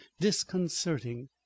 disconcerting